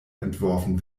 entworfen